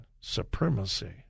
supremacy